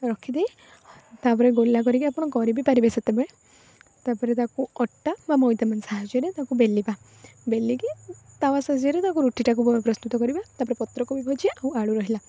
ରଖିଦେଇ ତାପରେ ଗୋଲା କରିକି ଆପଣ କରି ବି ପାରିବେ ସେତେବେଳେ ତାପରେ ତାକୁ ଅଟା ବା ମଇଦା ସାହାଯ୍ୟରେ ତାକୁ ବେଲିବା ବେଲିକି ତାୱା ସାହାଯ୍ୟରେ ତାକୁ ରୁଟିଟାକୁ ପ୍ରସ୍ତୁତ କରିବା ତାପରେ ପତ୍ରକୋବି ଭଜା ଆଉ ଆଳୁ ରହିଲା